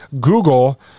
Google